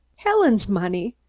helen's money?